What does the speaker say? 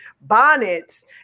bonnets